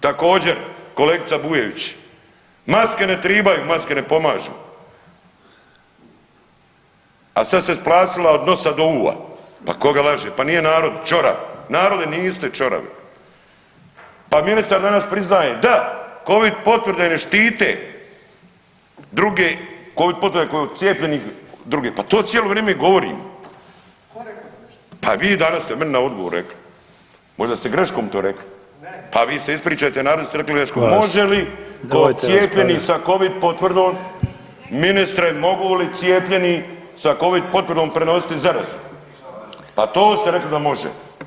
Također, kolegica Bujević maske ne tribaju, maske ne pomažu, a sad se …/nerazumljivo/… od nosa do uva, pa koga laže, pa nije narod ćora, narode niste ćoravi pa ministar danas priznaje da Covid potvrde ne štite, druge Covid potvrde koju cijepljeni druge, pa to cijelo vrijeme i govorim [[Upadica: Tko je rekao da ne štite?]] pa vi danas ste meni odgovoru rekli, možda ste greškom to rekli [[Upadica: Ne.]] pa vi se ispričajte narodu jel ste rekli greškom [[Upadica: Molim vas nemojte razgovarati.]] može ko cijepljeni s Covid potvrdom, ministre mogu li cijepljeni sa Covid potvrdom prenositi zarazu, pa to ste rekli da može.